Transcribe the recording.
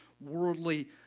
worldly